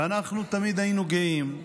ואנחנו תמיד היינו גאים,